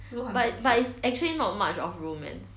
but but it's actually not much of romance